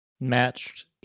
matched